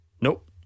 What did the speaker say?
Nope